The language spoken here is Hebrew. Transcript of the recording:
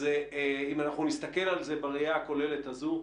אם אנחנו נסתכל על זה בראייה הכוללת הזאת,